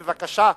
בבקשה,